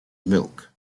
milk